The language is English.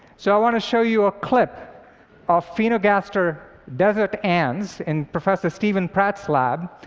so i want to show you a clip of aphaenogaster desert ants, in professor stephen pratt's lab,